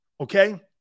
okay